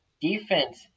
Defense